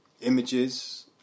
images